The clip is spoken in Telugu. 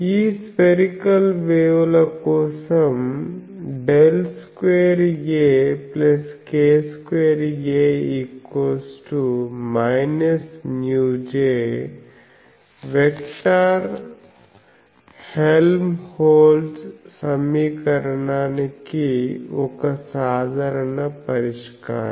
ఈ స్పెరికల్ వేవ్ ల కోసం ∇2Ak2A μJ వెక్టర్ హెల్మ్హోల్ట్జ్ సమీకరణానికి ఒక సాధారణ పరిష్కారం